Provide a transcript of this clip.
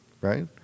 right